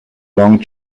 long